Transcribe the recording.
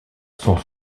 sont